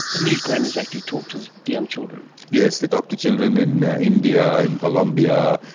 and these grannies actually talk to the young children? yes, they talk to children in india, in colombia,